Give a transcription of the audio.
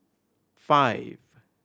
five